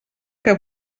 que